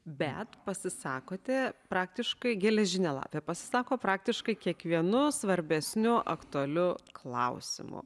bet pasisakote praktiškai geležinė lapė pasisako praktiškai kiekvienu svarbesniu aktualiu klausimu